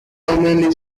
womanly